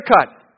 haircut